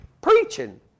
preaching